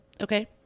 Okay